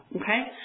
okay